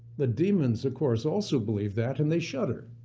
the demons, of course, also believe that, and they shudder.